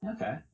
Okay